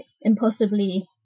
impossibly